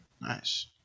Nice